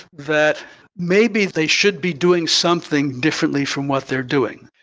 that maybe they should be doing something differently from what they're doing,